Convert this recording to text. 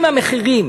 אם המחירים